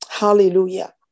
Hallelujah